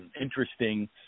interesting